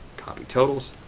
copy totals,